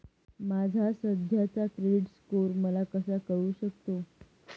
माझा सध्याचा credit score मला कसा कळू शकतो?